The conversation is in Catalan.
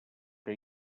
que